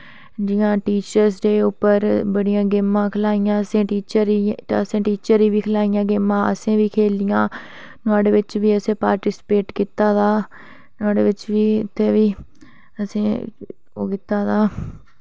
जि'यां teacher day उप्पर असें बड़ियां गेमां खलाइयां टीचर्स गी असें टीचर्स गी बी खलाइयां गेमां ते असें बी ते नुहाड़े बिच बी असें पार्टिस्पेट कीते दा नुहाड़े बिच बी उत्थें बी असें ओह् कीते दा